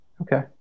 Okay